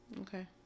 Okay